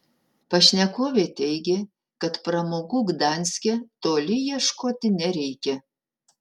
pašnekovė teigė kad pramogų gdanske toli ieškoti nereikia